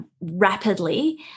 rapidly